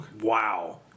Wow